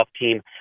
team